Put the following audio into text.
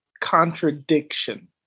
contradiction